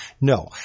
No